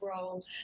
role